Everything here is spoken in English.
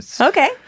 Okay